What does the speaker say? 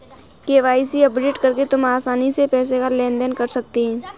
KYC update करके तुम आसानी से पैसों का लेन देन कर सकते हो